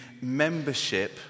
membership